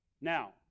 Now